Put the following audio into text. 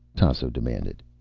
tasso demanded.